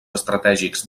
estratègics